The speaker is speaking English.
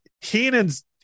heenan's